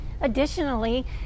Additionally